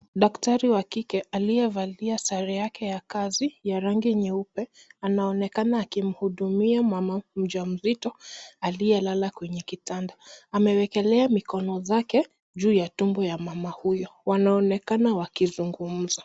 Daktari wa kike aliyevalia sare yake ya kazi ya rangi nyeupe anaonekana akimhudumia mama mjamzito aliyelala kwenye kitanda, amewekelea mikono zake juu ya tumbo ya mama huyo, wanaonekana wakizungumza.